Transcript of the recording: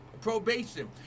probation